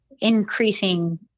increasing